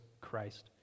Christ